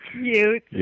cute